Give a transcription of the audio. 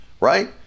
right